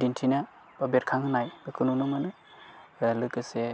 दिन्थिनो बा बेरखांहोनाय बेखौ नुनो मोनो लोगोसे